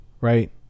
right